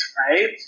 right